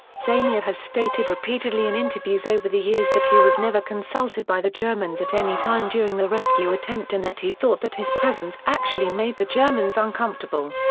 zamir has stated repeatedly in interviews over the years that he was never consulted by the germans at any time during the rescue attempt and that he thought that his presence actually made the germans uncomfortable.